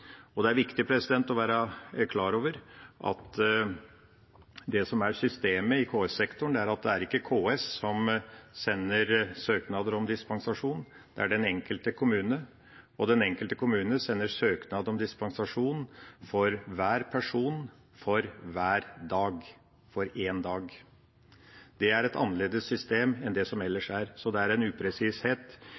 Det er viktig å være klar over at det som er systemet i KS-sektoren, er at det ikke er KS som sender søknader om dispensasjon, det er den enkelte kommune, og den enkelte kommune sender søknad om dispensasjon for hver person, for én dag. Det er et annerledes system enn det som er ellers. Så det er en